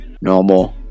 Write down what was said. normal